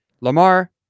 Lamar